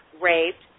raped